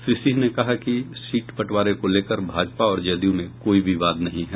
श्री सिंह ने कहा कि सीट बंटवारे को लेकर भाजपा और जदयू में कोई विवाद नहीं है